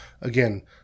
Again